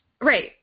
Right